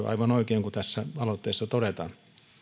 aivan oikein kuten tässä aloitteessa todetaan